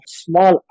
small